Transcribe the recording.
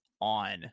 on